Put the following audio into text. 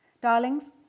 Darlings